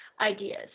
Ideas